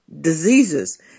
diseases